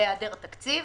בהיעדר תקציב.